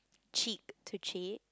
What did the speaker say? cheat to cheap